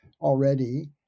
already